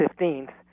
15th